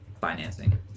financing